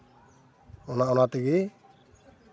ᱚᱱᱟ ᱚᱱᱟ ᱛᱮᱜᱮ